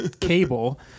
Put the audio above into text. cable